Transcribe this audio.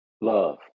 Love